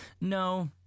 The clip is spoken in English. No